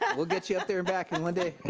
yeah we'll get you up there and back in one day.